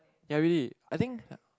ya really I think